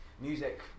music